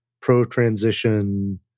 pro-transition